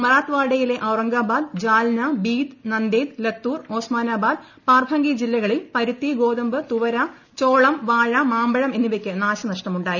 മറാത്ത്വാഡയിലെ ഔറംഗാബാദ് ജാൽന ബീദ് നന്ദേദ് ലത്തൂർ ഓസ്മാനാബാദ് പാർഭംഗി ജില്ലകളിൽ പരുത്തി ഗോതമ്പ് തുവര ചോളം വാഴ മാമ്പഴം എന്നിവയ്ക്ക് നാശനഷ്ടമുണ്ടായി